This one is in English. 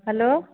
hello